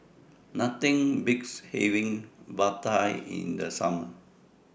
Nothing Beats having Vadai in The Summer